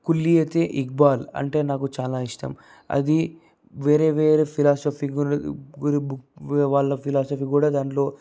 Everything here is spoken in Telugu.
కుల్లియత్ ఈ ఇక్బాల్ అంటే నాకు చాలా ఇష్టం అది వేరే వేరే ఫిలాసిఫిల వాళ్ళ ఫిలాసఫి కూడా దాంట్లో